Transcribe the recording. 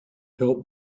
help